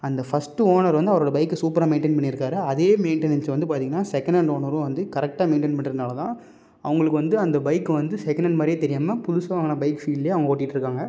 அந்த first owner வந்து அவரோடய பைக்கை சூப்பராக மெயின்டைன் பண்ணியிருக்காரு அதே மெயின்டனன்ஸ் வந்து பார்த்திங்கன்னா செகெனண்ட் ஓனரும் வந்து கரெக்டாக மெயின்டைன் பண்றதுனால் தான் அவங்களுக்கு வந்து அந்த பைக்கு வந்து செகெனண்ட் மாதிரியே தெரியாமல் புதுசாக வாங்கின பைக் ஃபீல்லயே அவங்க ஓட்டிட்டிருக்காங்க